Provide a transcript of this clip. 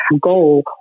goal